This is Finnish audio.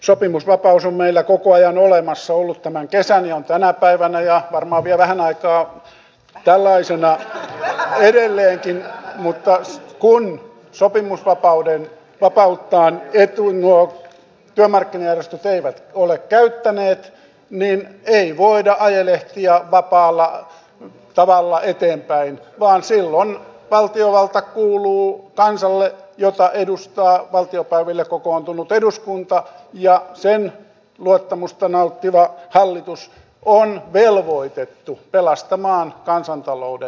sopimusvapaus on meillä koko ajan olemassa on ollut tämän kesän ja on tänä päivänä ja on varmaan vielä vähän aikaa tällaisena edelleenkin mutta kun työmarkkinajärjestöt eivät ole sopimusvapauttaan käyttäneet niin ei voida ajelehtia vapaalla tavalla eteenpäin vaan silloin valtiovalta kuuluu kansalle jota edustaa valtiopäiville kokoontunut eduskunta ja sen luottamusta nauttiva hallitus on velvoitettu pelastamaan kansantalouden